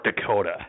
Dakota